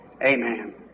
amen